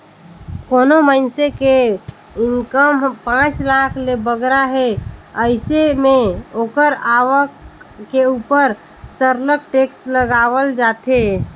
कोनो मइनसे के इनकम पांच लाख ले बगरा हे अइसे में ओकर आवक के उपर सरलग टेक्स लगावल जाथे